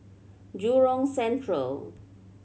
Jurong Central